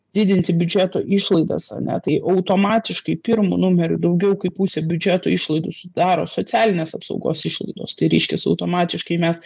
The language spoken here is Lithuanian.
didinti biudžeto išlaidas ane tai automatiškai pirmu numeriu daugiau kaip pusę biudžeto išlaidų sudaro socialinės apsaugos išlaidos tai reiškias automatiškai mes